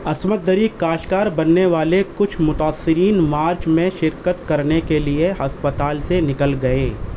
عصمت دری کا شکار بننے والے کچھ متاثرین مارچ میں شرکت کرنے کے لیے ہسپتال سے نکل گئے